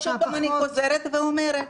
מעטה שמדברת על דגם ייצור מ-2011 או מתקדמת יותר,